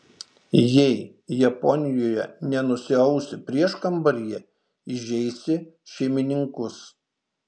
jei japonijoje nenusiausi prieškambaryje įžeisi šeimininkus